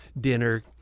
dinner